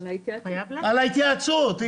על ההתייעצות.